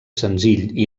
senzill